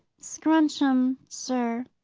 scrunch em, sir,